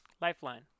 Lifeline